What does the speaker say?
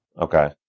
Okay